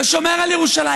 ושומר על ירושלים.